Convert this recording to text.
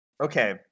Okay